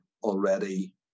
Already